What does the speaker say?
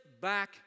back